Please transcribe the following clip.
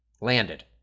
Landed